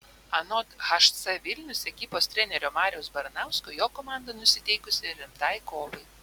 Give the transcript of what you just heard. anot hc vilnius ekipos trenerio mariaus baranausko jo komanda nusiteikusi rimtai kovai